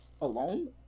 alone